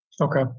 Okay